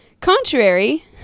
Contrary